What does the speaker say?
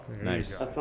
Nice